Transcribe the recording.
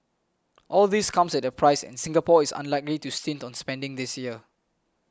all this comes at a price and Singapore is unlikely to stint on spending this year